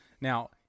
Now